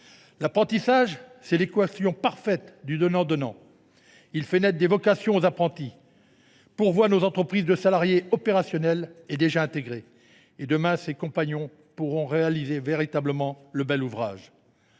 L’apprentissage, c’est l’équation parfaite du donnant donnant : il fait naître des vocations chez les apprentis et pourvoit nos entreprises de salariés opérationnels et déjà intégrés ; et, demain, ces compagnons pourront réaliser à leur tour le bel ouvrage.